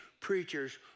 preachers